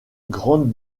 grande